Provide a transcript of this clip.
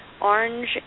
orange